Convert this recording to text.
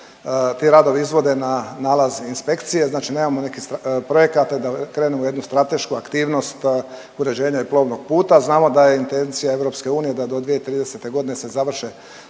ti radovi izvode na nalazi inspekcije, znači nemamo nekih projekata da krenemo u jednu stratešku aktivnost uređenja i plovnog puta. Znamo da je intencija EU da do 2030. se završe